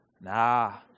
Nah